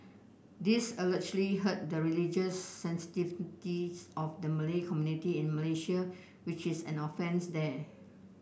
this allegedly hurt the religious sensitivities of the Malay community in Malaysia which is an offence there